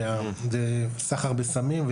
וסחר בסמים,